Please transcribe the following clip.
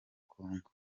congo